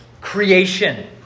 creation